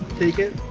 take it.